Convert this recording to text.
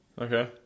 Okay